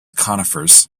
conifers